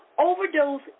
overdose